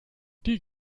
die